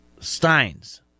steins